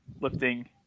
lifting